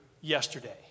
yesterday